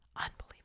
unbelievable